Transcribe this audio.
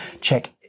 check